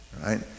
Right